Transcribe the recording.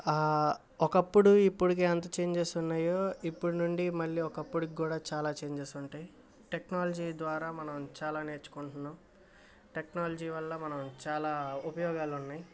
ఒకప్పుడు ఇప్పుడికి ఎంత చేంజస్ ఉన్నాయో ఇప్పుడు నుండి మళ్ళీ ఒకప్పడికి కూడా చాలా చేంజస్ ఉంటాయి టెక్నాలజీ ద్వారా మనం చాలా నేర్చుకుంటున్నాం టెక్నాలజీ వల్ల మనం చాలా ఉపయోగాలున్నాయి